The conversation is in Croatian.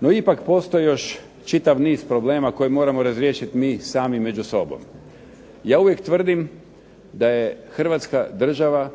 No, ipak postoji još čitav niz problema koje moramo razriješiti mi sami među sobom. Ja uvijek tvrdim da je Hrvatska država